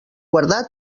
guardar